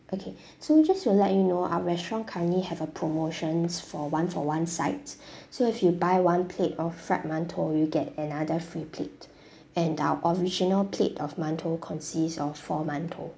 okay so just to let you know our restaurant currently have a promotions for one for one sides so if you buy one plate of fried mantou you get another free plate and our original plate of mantou consists of four mantou